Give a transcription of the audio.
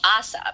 ASAP